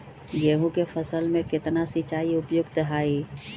गेंहू के फसल में केतना सिंचाई उपयुक्त हाइ?